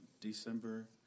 December